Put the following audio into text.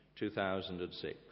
2006